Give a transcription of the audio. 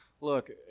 look